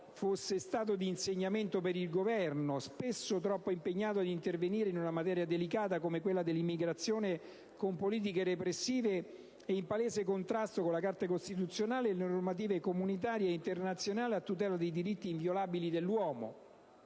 fosse stato di insegnamento per il Governo, spesso troppo impegnato ad intervenire in una materia delicata come quella dell'immigrazione con politiche repressive e in palese contrasto con la Carta costituzionale e le normative comunitarie e internazionali a tutela dei diritti inviolabili dell'uomo.